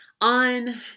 On